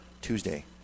Tuesday